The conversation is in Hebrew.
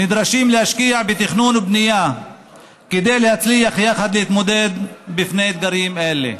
נדרשים להשקיע בתכנון ובנייה כדי להצליח יחד להתמודד עם אתגרים אלו.